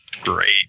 great